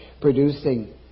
producing